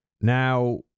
Now